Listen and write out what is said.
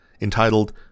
entitled